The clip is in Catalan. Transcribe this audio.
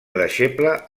deixeble